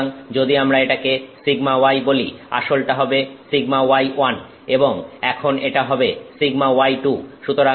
সুতরাং যদি আমরা এটাকে σy বলি আসলটা হবে σy1 এবং এখন এটা হবে σy2